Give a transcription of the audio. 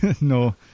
No